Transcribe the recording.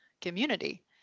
community